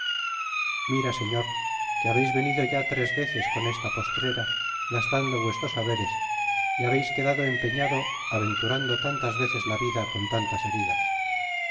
mira señor que habeis venido ya tres veces con esta postrera gastando vuestros haberes y habeis quedado empeñado aventurando tantas veces la vida con tantas heridas